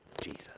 Jesus